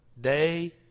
day